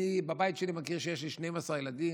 בבית שלי אני מכיר שיש לי 12 ילדים,